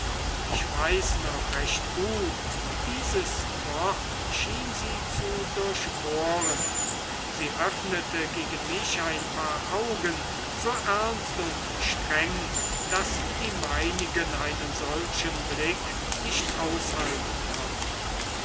ich weiß noch recht gut dieses wort schien sie zu durchbohren sie öffnete gegen mich ein paar augen so ernst und streng daß die meinigen einen solchen blick nicht aushalten konnten